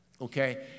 Okay